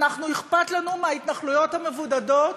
אנחנו אכפת לנו מההתנחלויות המבודדות.